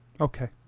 Okay